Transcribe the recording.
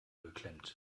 geklemmt